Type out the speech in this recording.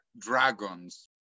dragons